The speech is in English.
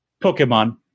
Pokemon